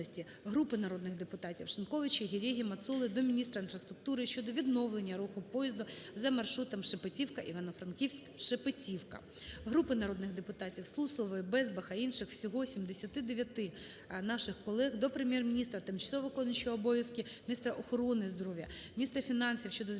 Групи народних депутатів (Шиньковича, Гереги, Мацоли) до міністра інфраструктури щодо відновлення руху поїзду за маршрутом Шепетівка- Івано-Франківськ-Шепетівка. Групи народних депутатів (Суслової, Безбаха, інших. Всього 79 наших колег) до Прем'єр-міністра, тимчасово виконуючої обов'язки міністра охорони здоров'я, міністра фінансів щодо збільшення